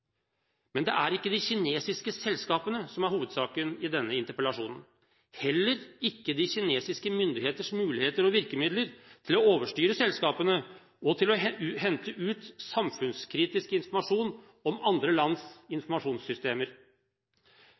Men det er ikke de kinesiske selskapene som er hovedsaken i denne interpellasjonen, heller ikke de kinesiske myndigheters muligheter og virkemidler til å overstyre selskapene og til å hente ut samfunnskritisk informasjon om andre lands informasjonssystemer